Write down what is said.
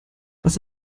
was